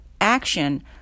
action